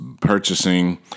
purchasing